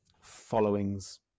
followings